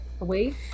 away